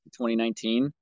2019